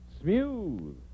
smooth